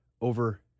over